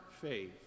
faith